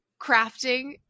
crafting